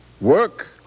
Work